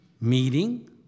Meeting